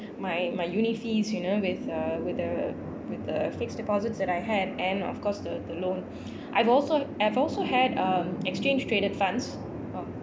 my my uni~ fees you know with uh with uh with uh fixed deposits that I had and of course the the loan I've also I've also had uh exchange traded funds